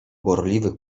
gorliwych